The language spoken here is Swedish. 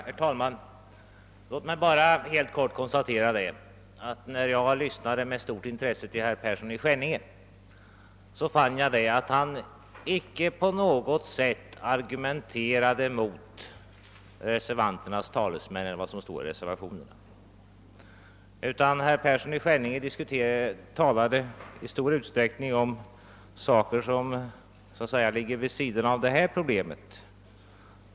Herr talman! Låt mig bara konstatera att jag fann, när jag med stort intresse lyssnade till herr Persson i Skänninge, att han icke på något sätt argumenterade mot vad reservanterna här anfört eller mot vad som står i reservationerna. Herr Persson i Skänninge talade i stället i stor utsträckning om frågor som så att säga ligger vid sidan av detta problem.